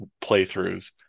playthroughs